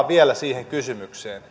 vielä siihen kysymykseen